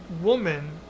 woman